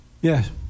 Yes